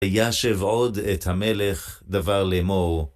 וישב עוד את המלך, דבר לאמור.